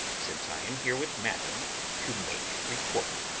since i am here with madam to make report.